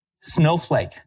Snowflake